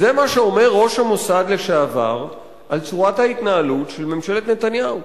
זה מה שאומר ראש המוסד לשעבר על צורת ההתנהלות של ממשלת נתניהו.